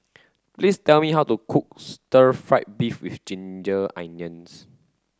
please tell me how to cook stir fry beef with ginger onions